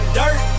dirt